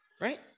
right